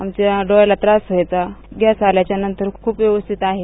आमच्या डोळ्याला त्रास व्हायचा गॅस आल्यानंतर बूप व्यवस्थित आहे